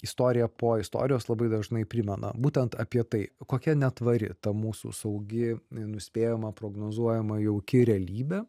istoriją po istorijos labai dažnai primena būtent apie tai kokia netvari ta mūsų saugi nenuspėjama prognozuojama jauki realybė